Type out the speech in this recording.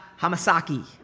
Hamasaki